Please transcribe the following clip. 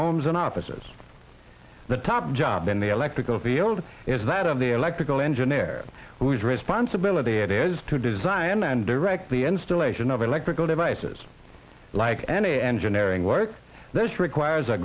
homes and offices the top job in the electrical field is that of the electrical engineer whose responsibility it is to design and direct the installation of electrical devices like any engineering work this requires a